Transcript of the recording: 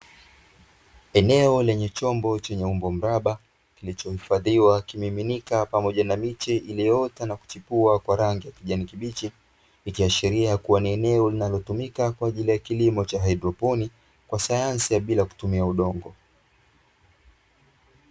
Eneo lenye chombo chenye umbo mraba kilichohifadhiwa kimiminika pamoja miche iliyoota na kuchipua kwa rangi ya kijani kibichi, ikiashiria kuwa ni eneo linalotumika kwaajili ya kilimo cha haidroponi cha sayansi bila kutumia udongo.